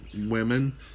women